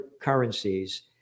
currencies